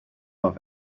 have